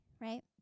right